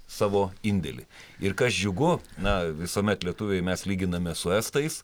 savo indėlį ir kas džiugu na visuomet lietuviai mes lyginamės su estais